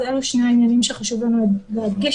אלה שני הדברים שחשוב לנו להדגיש.